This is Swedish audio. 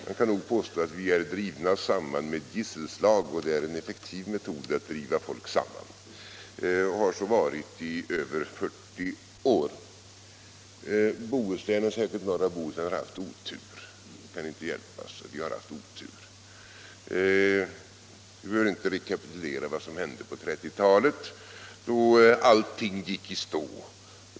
Man kan nog påstå att vi är drivna samman med gisselslag, och det är en effektiv metod att driva folk samman med och har så varit i över 40 år. Bohuslän, särskilt norra Bohuslän, har haft otur, det kan inte hjälpas. Vi behöver inte rekapitulera vad som hände på 1930-talet då allting gick i stå.